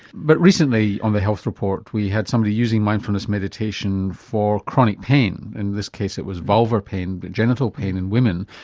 but recently on the health report we had somebody using mindfulness meditation for chronic pain, in this case it was vulval pain, genital pain in women.